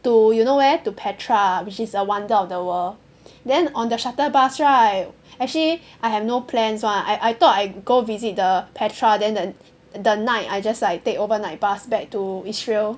to you know where to Petra which is a wonder of the world then on their shuttle bus right actually I have no plans [one] I I thought I go visit the Petra then the the night I just like take overnight bus back to Israel